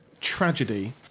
tragedy